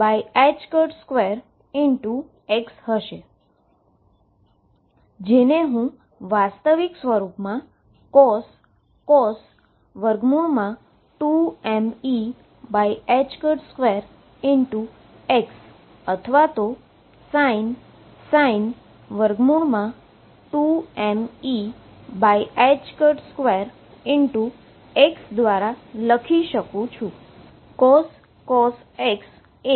હું આને વાસ્તવિક સ્વરૂપમાં cos 2mE2x અથવા sin 2mE2x દ્વારા લખી શકું છું